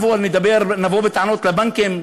נבוא בטענות לבנקים?